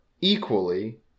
equally